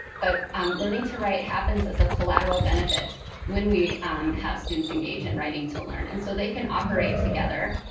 but um learning to write happens as a collateral benefit when we um have students engage in writing-to-learn. and so they can operate together,